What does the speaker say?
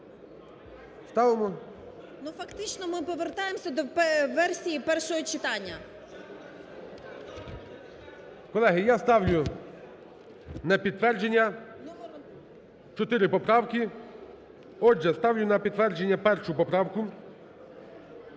О.В. Ну, фактично ми повертаємося до версії першого читання. ГОЛОВУЮЧИЙ. Колеги, я ставлю на підтвердження чотири поправки. Отже, ставлю на підтвердження 1 поправку.